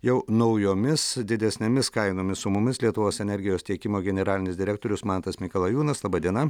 jau naujomis didesnėmis kainomis su mumis lietuvos energijos tiekimo generalinis direktorius mantas mikalajūnas laba diena